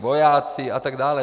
Vojáci a tak dále.